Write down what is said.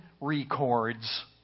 records